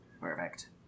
Perfect